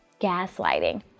gaslighting